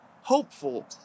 hopeful